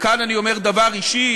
וכאן אני אומר דבר אישי,